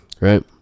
right